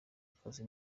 akazi